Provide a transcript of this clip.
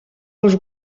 els